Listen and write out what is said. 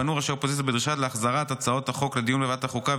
פנו ראשי האופוזיציה בדרישה להחזרת הצעות החוק לדיון בוועדת החוקה,